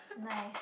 nice